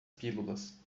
pílulas